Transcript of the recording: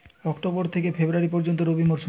October থেকে February পর্যন্ত রবি মৌসুম